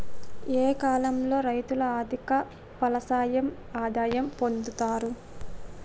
ఏ కాలం లో రైతులు అధిక ఫలసాయం ఆదాయం పొందుతరు?